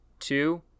Two